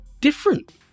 different